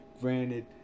granted